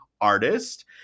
Artist